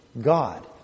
God